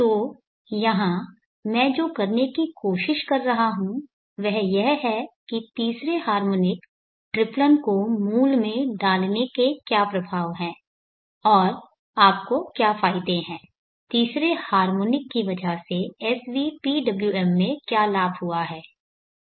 तो यहां मैं जो करने की कोशिश कर रहा हूं वह यह है कि तीसरे हार्मोनिक ट्रिप्लन को मूल में डालने के क्या प्रभाव है और आपको क्या फायदे हैं तीसरे हार्मोनिक की वजह से SVPWM में क्या लाभ हुआ है